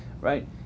Right